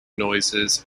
noises